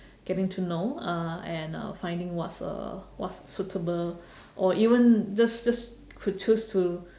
getting to know uh and uh finding what's uh what's suitable or even just just could choose to